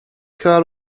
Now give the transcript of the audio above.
car